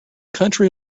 country